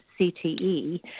CTE